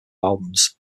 albums